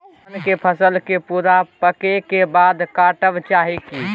धान के फसल के पूरा पकै के बाद काटब चाही की?